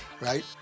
right